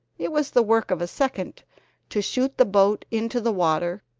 it was the work of a second to shoot the boat into the water,